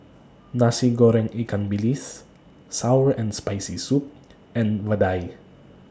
Nasi Goreng Ikan Bilis Sour and Spicy Soup and Vadai